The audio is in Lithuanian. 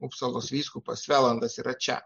upsalos vyskupas svelandas yra čia